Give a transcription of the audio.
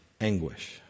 anguish